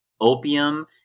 opium